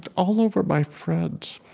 but all over my friends,